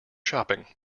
shopping